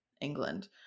england